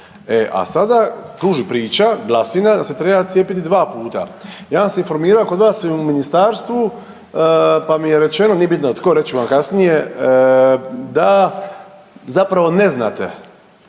a sada kruži priča, glasina da se treba cijepiti dva puta. Ja sam se informirao i kod vas u ministarstvu pa mi je rečeno nije bitno tko reći ću vam kasnije da zapravo ne znate,